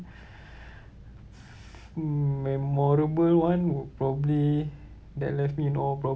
memorable [one] would probably that left me in awe